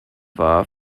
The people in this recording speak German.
war